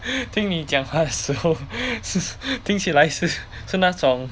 听你讲话时候 是听起来是是那种